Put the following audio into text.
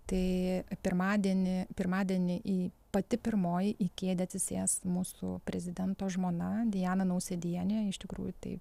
tai pirmadienį pirmadienį į pati pirmoji į kėdę atsisės mūsų prezidento žmona diana nausėdienė iš tikrųjų tai